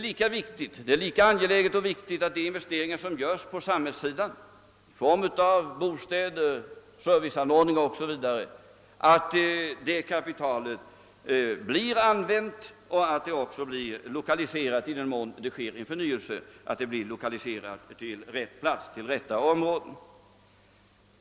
Lika angeläget är det att det kapital som på samhällssidan investeras i bostäder, serviceanordningar o.s.v. blir använt och, i den mån en förnyelse sker, lokaliserat till rätta områden.